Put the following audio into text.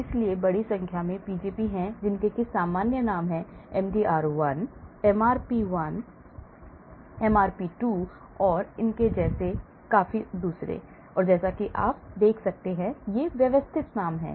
इसलिए बड़ी संख्या में पीजीपी हैं सामान्य नाम हैं MDR1 MRP1 MRP2 और इतने पर जैसा कि आप देख सकते हैं ये व्यवस्थित नाम हैं